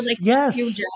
yes